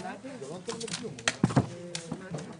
הישיבה ננעלה בשעה 15:05.